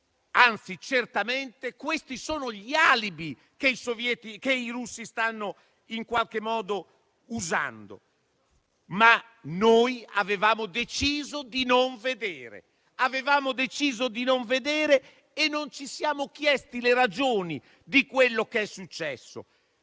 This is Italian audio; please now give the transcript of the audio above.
anzi certamente, questi sono gli alibi che i russi stanno in qualche modo usando. Ma noi avevamo deciso di non vedere e non ci siamo chiesti le ragioni di quello che è successo: